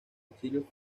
exilio